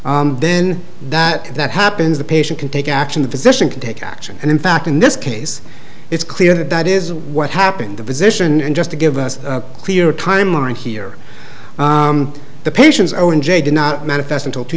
then that that happens the patient can take action the physician can take action and in fact in this case it's clear that that is what happened the physician and just to give us a clear timeline here the patient's own jay did not manifest until two